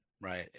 right